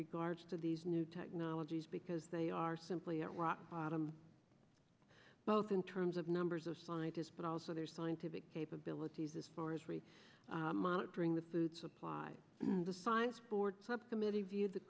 regards to these new technologies because they are simply at rock bottom both in terms of numbers of scientists but also there's scientific capabilities as far as rate monitoring the food supply the science board subcommittee viewed the